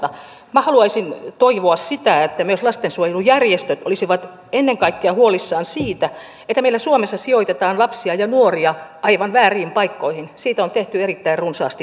minä haluaisin toivoa sitä että myös lastensuojelujärjestöt olisivat ennen kaikkea huolissaan siitä että meillä suomessa sijoitetaan lapsia ja nuoria aivan vääriin paikkoihin siitä on tehty erittäin runsaasti tutkimusta